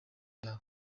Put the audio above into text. yabo